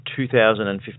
2015